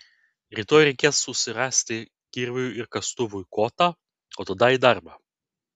rytoj reikės susirasti kirviui ir kastuvui kotą o tada į darbą